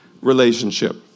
relationship